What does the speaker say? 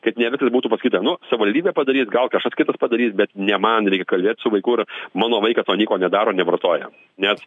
kad ne viskas būtų pasakyta nu savivaldybė padarys gal kažkas kitas padarys bet ne man reikia kalbėt su vaikų ir mano vaikas va nieko nedaro nevartoja nes